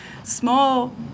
small